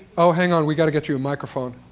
oh, hang on. we've got to get you a microphone.